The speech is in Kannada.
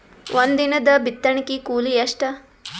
ಒಂದಿನದ ಬಿತ್ತಣಕಿ ಕೂಲಿ ಎಷ್ಟ?